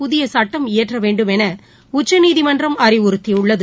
புதியசட்டம் இயற்றவேண்டும் என்றுஉச்சநீதிமன்றம் அறிவறுத்தியுள்ளது